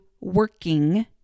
working